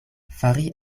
fari